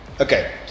Okay